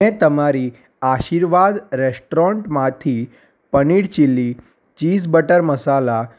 મેં તમારી આશીર્વાદ રેસ્ટરોરન્ટમાંથી પનીર ચીલી ચીઝ બટર મસાલા